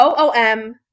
OOM